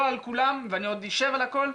לא על כולם ואני עוד אשב על הכול,